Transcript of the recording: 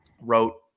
wrote